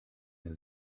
eine